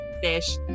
fish